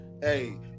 Hey